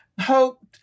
hoped